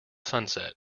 sunset